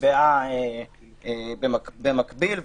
שנקבעה במקביל.